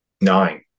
Nine